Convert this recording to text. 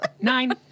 Nine